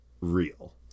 real